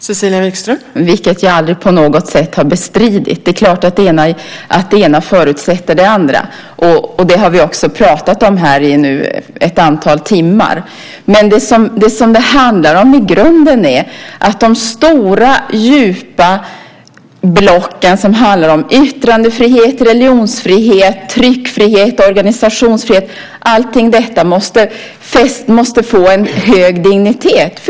Fru talman! Det har jag aldrig på något sätt bestridit. Det är klart att det ena förutsätter det andra. Det har vi också talat om nu här i ett antal timmar. Det handlar i grunden om de stora djupa blocken. Det är yttrandefrihet, religionsfrihet, tryckfrihet och organisationsfrihet. Allt detta måste få en hög dignitet.